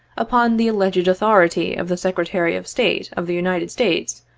upon the alleged authority of the secretary of state of the united states,